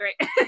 Right